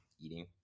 eating